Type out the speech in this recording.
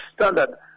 Standard